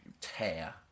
tear